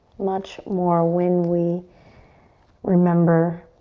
much more when we remember